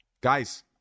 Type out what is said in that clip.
Guys